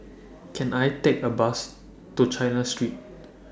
Can I Take A Bus to China Street